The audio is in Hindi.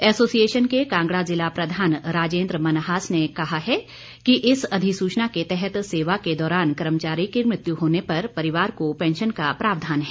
एसोसिएशन के कांगड़ा जिला प्रधान राजेंद्र मन्हास ने कहा है कि इस अधिसूचना के तहत सेवा के दौरान कर्मचारी की मृत्यु होने पर परिवार को पेंशन का प्रावधान है